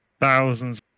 thousands